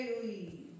Daily